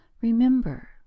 Remember